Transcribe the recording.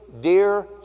dear